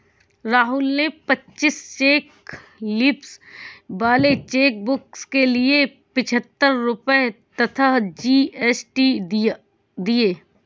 राहुल ने पच्चीस cheque leaves वाले चेकबुक के लिए पच्छत्तर रुपये तथा जी.एस.टी दिए